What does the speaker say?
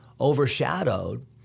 overshadowed